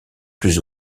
plus